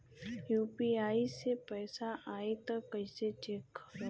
UPI से पैसा आई त कइसे चेक खरब?